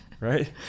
Right